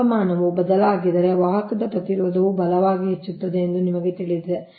ತಾಪಮಾನವು ಬದಲಾಗಿದರೆ ವಾಹಕದ ಪ್ರತಿರೋಧವು ಬಲವಾಗಿ ಹೆಚ್ಚಾಗುತ್ತದೆ ಎಂದು ನಿಮಗೆ ತಿಳಿದಿದೆ